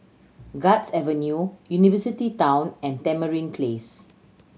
Guards Avenue University Town and Tamarind Place